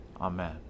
Amen